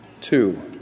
Two